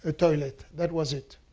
ah toilet. that was it.